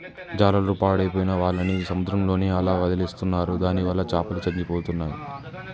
జాలర్లు పాడైపోయిన వాళ్ళని సముద్రంలోనే అలా వదిలేస్తున్నారు దానివల్ల చాపలు చచ్చిపోతున్నాయి